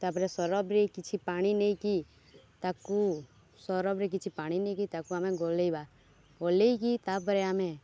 ତାପରେ ସରଫରେ କିଛି ପାଣି ନେଇକି ତାକୁ ସରଫରେ କିଛି ପାଣି ନେଇକି ତାକୁ ଆମେ ଗୋଲେଇବା ଗୋଲେଇକି ତାପରେ ଆମେ